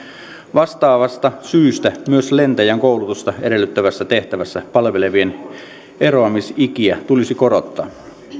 vastaavasta syystä myös lentäjän koulutusta edellyttävässä tehtävässä palvelevien eroamisikiä tulisi korottaa